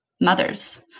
mothers